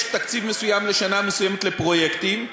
יש תקציב מסוים לשנה מסוימת לפרויקטים.